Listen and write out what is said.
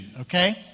Okay